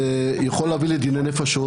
זה משהו שיכול להביא לדיני נפשות,